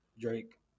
Drake